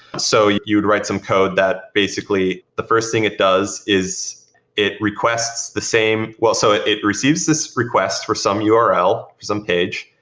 so you'd write some code that basically the first thing it does is it requests the same well, so it it receives this request for some url, some page,